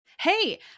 Hey